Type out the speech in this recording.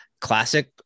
classic